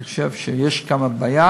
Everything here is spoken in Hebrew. אני חושב שיש כאן בעיה